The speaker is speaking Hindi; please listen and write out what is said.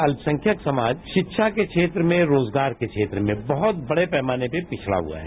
अत्पसंख्यक समाज शिक्षा के क्षेत्र में रोजगार के क्षेत्र में बहुत बड़े पैमाने पर पिछड़ा हुआ है